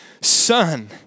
son